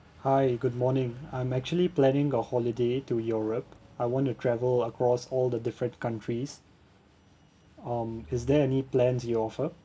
hi good morning I'm actually planning a holiday to europe I want to travel across all the different countries um is there any plans you offer